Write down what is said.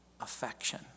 affection